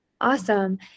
Awesome